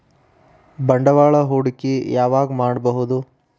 ಬಂಡವಾಳ ಹೂಡಕಿ ಯಾವಾಗ್ ಮಾಡ್ಬಹುದು?